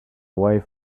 wife